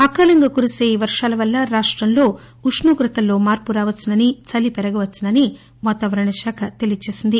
అకాలంగాకురిసే ఈ వర్షాల వల్ల రాష్టంలో ఉష్ణోగ్రతల్లో మార్పు రావచ్చునని చలి పెరగవచ్చునని వాతావరణ శాఖ తెలియజేసింది